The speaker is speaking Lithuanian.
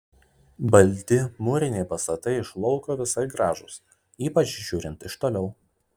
balti mūriniai pastatai iš lauko visai gražūs ypač žiūrint iš toliau